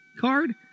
card